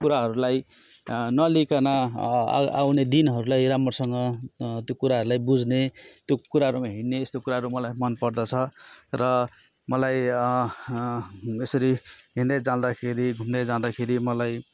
कुराहरूलाई नलिइकन आ आउने दिनहरूलाई राम्रोसँग त्यो कुराहरूलाई बुझ्ने त्यो कुराहरूमा हिँड्ने यस्तो कुराहरू मलाई मनपर्दछ र मलाई यसरी हिँड्दै जाँदाखेरि धुम्दै जाँदाखेरि मलाई